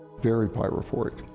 very pyrophoric.